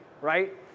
right